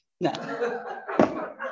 no